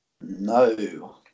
No